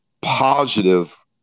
positive